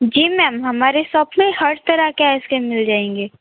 जी ma'am हमारी shop में हर तरह की आइस क्रीम मिल जाएंगी